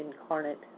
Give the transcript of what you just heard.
incarnate